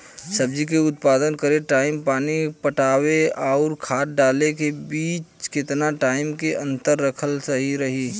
सब्जी के उत्पादन करे टाइम पानी पटावे आउर खाद डाले के बीच केतना टाइम के अंतर रखल सही रही?